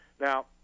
Now